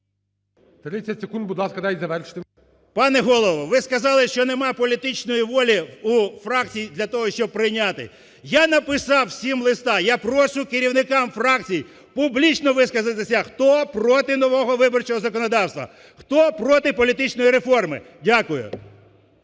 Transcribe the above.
Пане Голово, ви сказали, що немає політичної волі у фракцій для того, щоб прийняти. Я написав всім листа. Я прошу керівників фракцій публічно висказатися, хто проти нового виборчого законодавства, хто проти політичної реформи. Дякую.